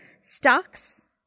Stocks